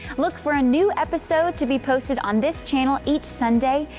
look for a new episode to be posted on this channel each sunday.